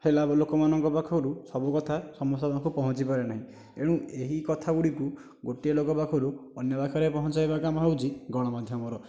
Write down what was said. ହେଲାବେଳେ ଲୋକମାନଙ୍କ ପାଖରୁ ସବୁକଥା ସମସ୍ତଙ୍କ ପାଖକୁ ପହଞ୍ଚିପାରେ ନାହିଁ ଏଣୁ ଏହିକଥା ଗୁଡ଼ିକୁ ଗୋଟିଏ ଲୋକ ପାଖରୁ ଅନ୍ୟ ପାଖେରେ ପହଞ୍ଚାଇବା କାମ ହେଉଛି ଗଣମାଧ୍ୟମର